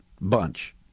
bunch